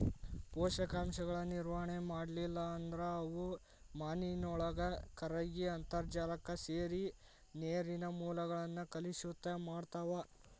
ಪೋಷಕಾಂಶಗಳ ನಿರ್ವಹಣೆ ಮಾಡ್ಲಿಲ್ಲ ಅಂದ್ರ ಅವು ಮಾನಿನೊಳಗ ಕರಗಿ ಅಂತರ್ಜಾಲಕ್ಕ ಸೇರಿ ನೇರಿನ ಮೂಲಗಳನ್ನ ಕಲುಷಿತ ಮಾಡ್ತಾವ